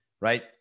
right